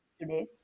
today